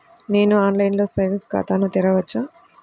నేను ఆన్లైన్లో సేవింగ్స్ ఖాతాను తెరవవచ్చా?